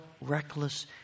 reckless